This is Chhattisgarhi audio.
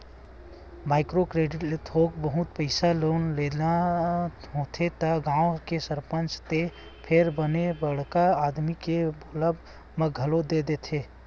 माइक्रो क्रेडिट ले थोक बहुत पइसा लोन लेना होथे त गाँव के सरपंच ते फेर बने बड़का आदमी के बोलब म घलो दे देथे